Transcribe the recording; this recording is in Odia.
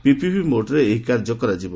ପିପିପି ମୋଡ୍ରେ ଏହି କାର୍ଯ୍ୟ କରାଯିବ